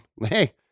hey